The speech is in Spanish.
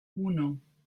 uno